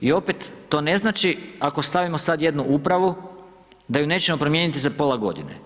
I opet, to ne znači, ako stavimo sad jednu upravu, da ju nećemo promijeniti za pola godine.